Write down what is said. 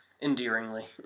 Endearingly